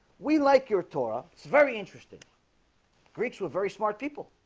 we like your torah. it's very interesting greeks were very smart people